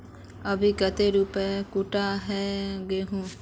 अभी कते रुपया कुंटल है गहुम?